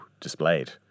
displayed